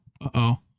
Uh-oh